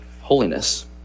holiness